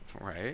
Right